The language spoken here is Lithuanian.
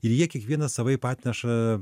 ir jie kiekvienas savaip atneša